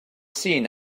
seen